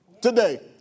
today